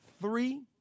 three